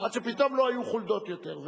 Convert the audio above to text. עד שפתאום לא היו חולדות יותר,